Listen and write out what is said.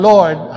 Lord